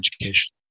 education